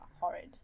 horrid